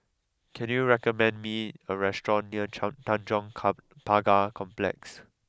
can you recommend me a restaurant near Chang Tanjong come Pagar Complex